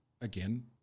again